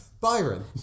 Byron